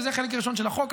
וזה החלק הראשון של החוק,